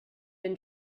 and